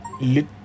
Lit